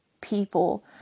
people